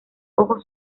ojos